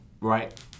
right